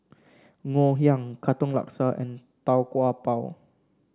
Ngoh Hiang Katong Laksa and Tau Kwa Pau